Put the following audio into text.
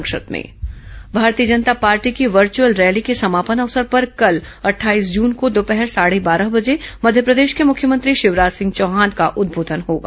संक्षिप्त समाचार भारतीय जनता पार्टी की वर्चुअल रैली के समापन अवसर पर कल अट्ठाईस जून को दोपहर साढ़े बारह बजे मध्यप्रदेश के मुख्यमंत्री शिवराज सिंह चौहान का उदबोधन होगा